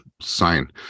sign